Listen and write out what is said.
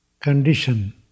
condition